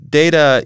data